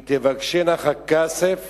אם תבקשנה ככסף